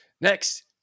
Next